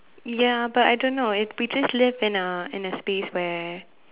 ya but I don't know if we just live in a in a space where